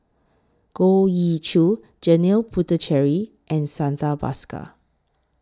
Goh Ee Choo Janil Puthucheary and Santha Bhaskar